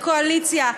לקואליציה,